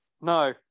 No